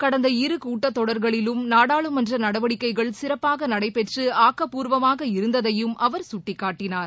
கடந்த இரு கூட்டத் தொடர்களிலும் நாடாளுமன்ற நடவடிக்கைகள் சிறப்பாக நடைபெற்று ஆக்கப்பூர்வமாக இருந்ததையும் அவர் சுட்டிக்காட்டினார்